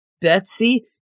Betsy